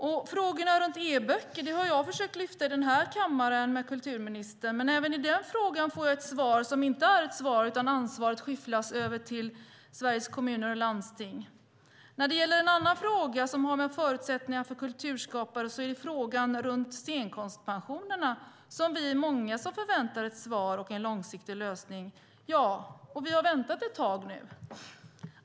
Jag har i kammaren försökt lyfta fram frågan om e-böcker med kulturministern. Även den i den frågan får jag ett svar som inte är ett svar. Ansvaret skyfflas över till Sveriges Kommuner och Landsting. En annan fråga som har med förutsättningar för kulturskapare att göra är scenkonstpensionerna. Vi är många som förväntar oss ett svar och en långsiktig lösning. Vi har nu väntat ett tag.